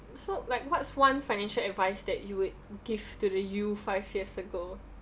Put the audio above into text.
so like what's one financial advice that you would give to the you five years ago